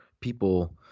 people